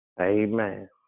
Amen